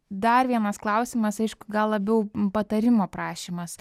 dar vienas klausimas aišku gal labiau patarimo prašymas